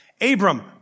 Abram